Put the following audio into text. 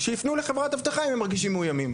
שיפנו לחברת אבטחה אם הם מרגישים מאויימים.